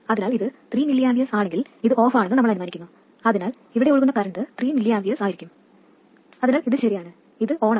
അതിനാൽ ഇത് 3 mA ആണെങ്കിൽ ഇത് ഓഫാണെന്ന് നമ്മൾ അനുമാനിക്കുന്നു അതിനാൽ ഇവിടെ ഒഴുകുന്ന കറൻറ് 3 mA ആയിരിക്കും അതിനാൽ അത് ശരിയാണ് ഇത് ഓണാണ്